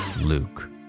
Luke